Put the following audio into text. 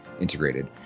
integrated